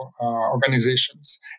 organizations